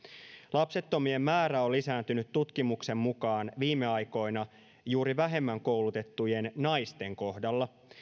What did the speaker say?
lapsettomien määrä on lisääntynyt tutkimuksen mukaan viime aikoina juuri vähemmän koulutettujen naisten kohdalla